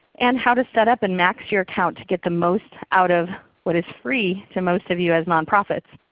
and how to set up and max your account to get the most out of what is free to most of you as nonprofits.